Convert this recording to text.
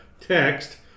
text